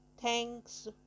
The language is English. Thanks